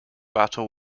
battle